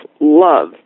love